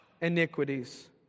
iniquities